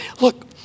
Look